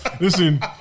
listen